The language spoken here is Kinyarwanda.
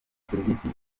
serivisi